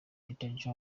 peter